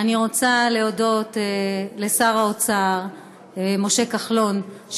אני רוצה להודות לשר האוצר משה כחלון,